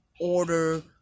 order